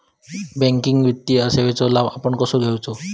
Banking वित्तीय सेवाचो लाभ आपण कसो घेयाचो?